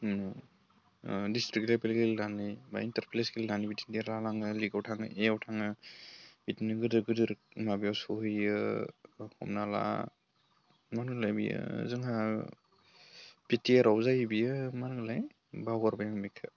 district level गेलेनानै बा interstate गेलेनानै बिदिनो जालाङो लीगआव थाङो एआव थाङो बिदिनो गिदिर गिदिर माबायाव सहैयो हमना ला मा होनो बियो जोंहा बि टि आर आव जायो बियो मा होनोमोनलाय बावगारबाय आं बेखौ